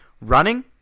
running